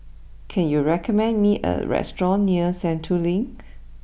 can you recommend me a restaurant near Sentul Link